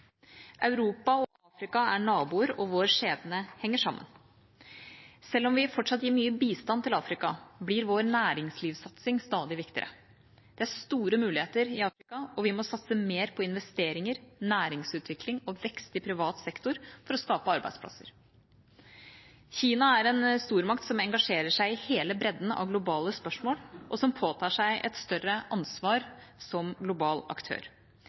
Europa og Afrika er naboer, og vår skjebne henger sammen. Selv om vi fortsatt gir mye bistand til Afrika, blir vår næringslivssatsing stadig viktigere. Det er store muligheter i Afrika, og vi må satse mer på investeringer, næringsutvikling og vekst i privat sektor for å skape arbeidsplasser. Kina er en stormakt som engasjerer seg i hele bredden av globale spørsmål, og som påtar seg et større ansvar som global aktør.